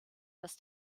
dass